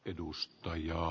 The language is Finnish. edustajia